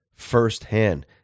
firsthand